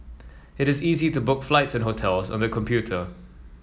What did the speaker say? it is easy to book flights and hotels on the computer